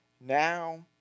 now